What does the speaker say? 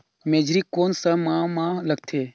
मेझरी कोन सा माह मां लगथे